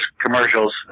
commercials